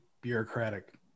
bureaucratic